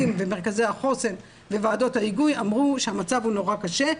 ומרכזי החוסן וועדות ההיגוי אמרו שהמצב נורא קשה,